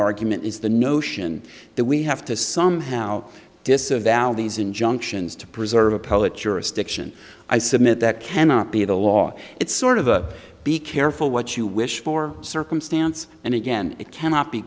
argument is the notion that we have to somehow disavow these injunctions to preserve appellate jurisdiction i submit that cannot be the law it's sort of a be careful what you wish for circumstance and again it cannot be